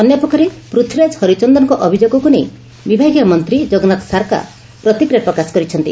ଅନ୍ୟପକ୍ଷରେ ପୂଥୀରାଜ ହରିଚନ୍ଦନଙ୍କ ଅଭିଯୋଗକୁ ନେଇ ନେଇ ବିଭାଗୀୟ ମନ୍ତୀ ଜଗନ୍ନାଥ ସାରକା ପ୍ରତିକ୍ରିୟା ପ୍ରକାଶ କରିଛନ୍ତି